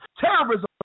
terrorism